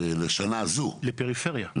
לשנה הזו, לפריפריה,